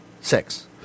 Six